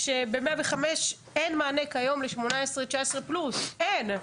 ב-105, אין מענה כיום ל-18, 19 פלוס - אין.